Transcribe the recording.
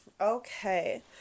okay